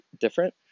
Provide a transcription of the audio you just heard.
different